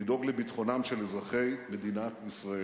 לדאוג לביטחונם של אזרחי מדינת ישראל.